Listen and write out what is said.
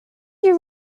your